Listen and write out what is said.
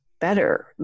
better